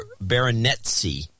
baronetcy